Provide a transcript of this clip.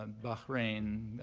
um but bahrain,